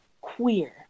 queer